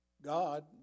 God